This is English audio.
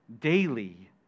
daily